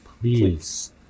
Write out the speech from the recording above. Please